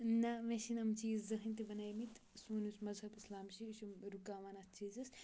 نہ مےٚ چھِنہٕ یِم چیٖز زٕہٕنۍ تہِ بَنٲے مٕتۍ سون یُس مذہب اِسلام چھِ یہِ چھِ رُکاوان اَتھ چیٖزَس